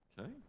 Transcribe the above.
Okay